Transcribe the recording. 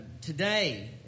today